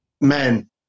men